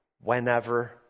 whenever